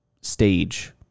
stage